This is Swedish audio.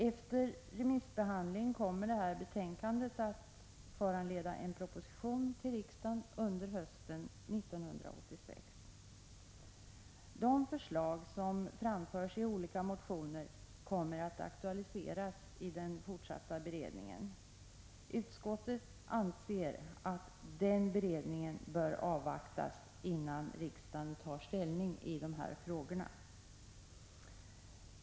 Efter remissbehandling kommer detta betänkande att föranleda en proposition till riksdagen under hösten 1986. De förslag som framförs i olika motioner kommer att aktualiseras i den fortsatta beredningen. Utskottet anser att denna beredning bör avvaktas, innan riksdagen tar ställning i dessa frågor.